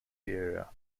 era